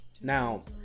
now